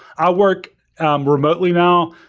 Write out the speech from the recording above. i work um remotely now,